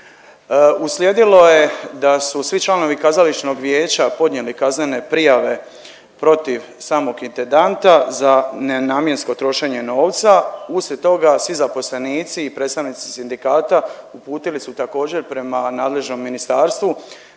Uslijedilo je da su svi članovi kazališnog vijeća podnijeli kaznene prijave protiv samog intendanta za nenamjensko trošenje novca. Uslijed toga svi zaposlenici i predstavnici sindikata uputili su također prema nadležnom ministarstvu